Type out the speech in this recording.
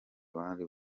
abandi